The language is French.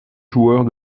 joueurs